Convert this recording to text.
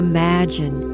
Imagine